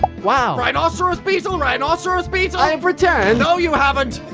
wow rhinoceros beetle rhinoceros beetle i have returned! no you haven't.